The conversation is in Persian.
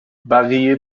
بقیه